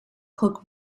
cooke